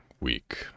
week